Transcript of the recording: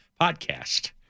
podcast